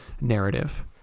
narrative